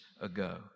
ago